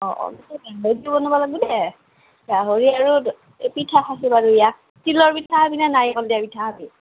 অ অ গাহৰি আৰু পিঠা খাহি বাৰু আহ তিলৰ পিঠা খাবিনে নাৰিকল দিয়া পিঠা খাবি